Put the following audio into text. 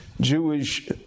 Jewish